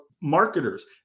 marketers